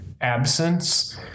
absence